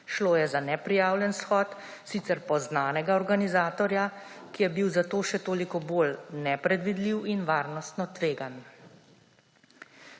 Šlo je za neprijavljen shod, sicer poznanega organizatorja, ki je bil zato še toliko bolj nepredvidljiv in varnostno tvegan.